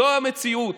זו המציאות,